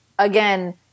Again